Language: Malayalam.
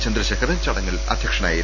ചന്ദ്രശേഖരൻ ചടങ്ങിൽ അധ്യക്ഷനായിരുന്നു